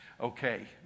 Okay